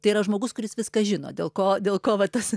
tai yra žmogus kuris viską žino dėl ko dėl ko va tas